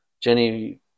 Jenny